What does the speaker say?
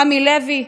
רמי לוי,